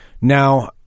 now